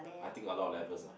I think a lot of levels lah